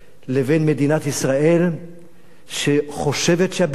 לבין מדינת ישראל שחושבת שהבידוד